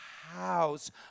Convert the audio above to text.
house